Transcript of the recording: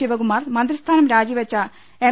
ശിവകുമാർ മന്ത്രിസ്ഥാനം രാജിവെച്ച എം